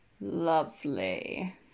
Lovely